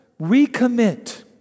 recommit